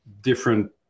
different